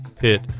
pit